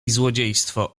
złodziejstwo